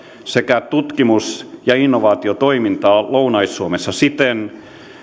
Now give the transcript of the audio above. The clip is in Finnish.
sekä tutkimus ja innovaatiotoimintaa lounais suomessa siten